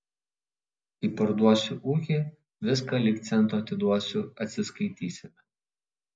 kai parduosiu ūkį viską lyg cento atiduosiu atsiskaitysime